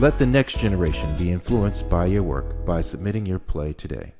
let the next generation be influenced by your work by submitting your play today